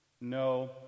No